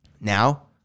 Now